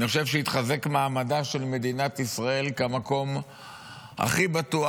אני חושב שהתחזק מעמדה של מדינת ישראל כמקום הכי בטוח,